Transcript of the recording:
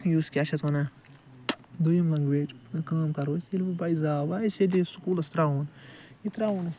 یُس کیاہ چھِ اتھ ونان دٔیِم لنگویج کٲم کرو أسۍ ییٚلہِ وۄنۍ بچہ زاو وۄنۍ آسہِ یہِ سُکولَس تراوُن یہِ تراون أسۍ